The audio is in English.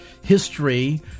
history